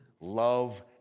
love